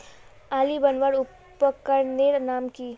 आली बनवार उपकरनेर नाम की?